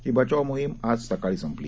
ही बचाव मोहीम आज सकाळी संपली